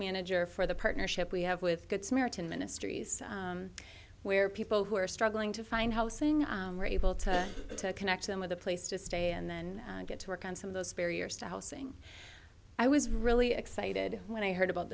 manager for the partnership we have with good samaritan ministries where people who are struggling to find housing were able to connect them with a place to stay and then get to work on some of those barriers to housing i was really excited when i heard about